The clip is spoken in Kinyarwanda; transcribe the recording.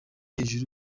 hejuru